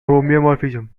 homeomorphism